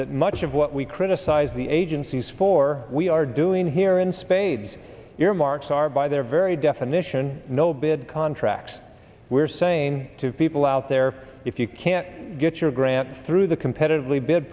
that much of what we criticize the agencies for we are doing here in spades earmarks are by their very definition no bid contracts we're saying to people out there if you can't get your grant through the competitively bi